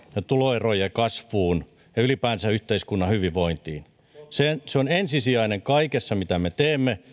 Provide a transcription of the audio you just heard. tuloerojen kasvuun ja ylipäänsä yhteiskunnan hyvinvointiin se se on ensisijainen kaikessa mitä me teemme